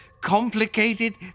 complicated